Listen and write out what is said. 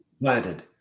planted